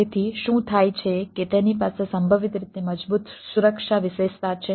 તેથી શું થાય છે કે તેની પાસે સંભવિત રીતે મજબૂત સુરક્ષા વિશેષતા છે